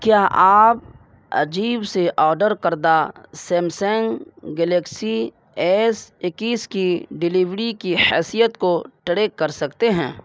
کیا آپ اجیو سے آرڈر کردہ سیمسنگ گلیکسی ایس اکیس کی ڈلیوڑی کی حیثیت کو ٹڑیک کر سکتے ہیں